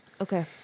Okay